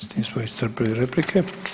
S tim smo iscrpili replike.